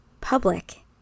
public